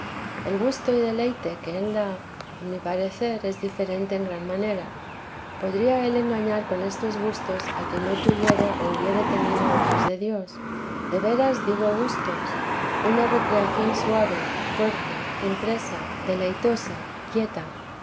el gusto y deleite que él da a mi parecer es diferente en gran manera podría él engañar con estos gustos a quien no tuviere o hubiere tenido otros de dios de veras digo gustos una recreación suave fuerte impresa deleitosa quieta